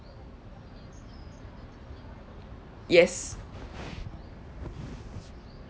yes